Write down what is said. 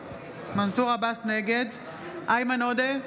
עבאס, נגד איימן עודה,